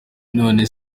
none